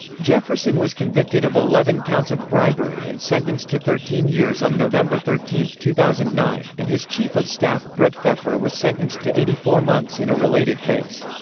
jefferson was convicted of eleven counts of bribery and sentenced to thirteen years on november thirteen, two thousand and nine, and his chief of staff brett pfeffer was sentenced to eighty four months in a related case.